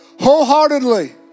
wholeheartedly